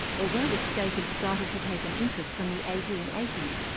although the state had started to take an interest from the eighteen eighty s,